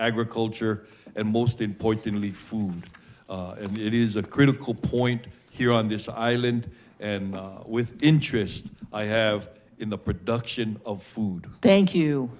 agriculture and most importantly food and it is a critical point here on this island and with interest i have in the production of food thank you